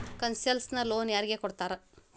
Concessional loan ಯಾರಿಗ್ ಕೊಡ್ತಾರ?